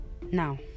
Now